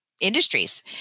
industries